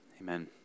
Amen